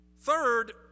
Third